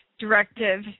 directive